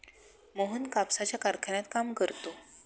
मोहन कापसाच्या कारखान्यात काम करतो